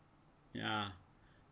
ya